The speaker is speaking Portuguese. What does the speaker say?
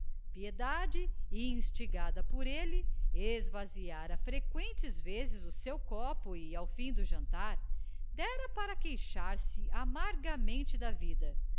piedade instigada por ele esvaziara freqüentes vezes o seu copo e ao fim do jantar dera para queixar-se amargamente da vida